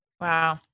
Wow